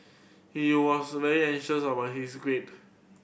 he was very anxious about his grade